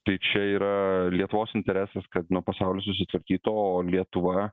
tai čia yra lietuvos interesas kad nu pasaulis susitvarkytų o lietuva